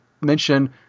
mention